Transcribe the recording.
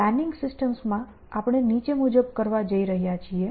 planning સિસ્ટમ્સમાં આપણે નીચે મુજબ કરવા જઈ રહ્યા છીએ